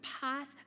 path